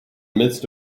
midst